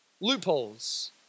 Loopholes